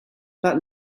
that